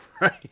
right